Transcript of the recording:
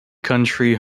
country